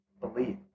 Believe